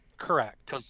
Correct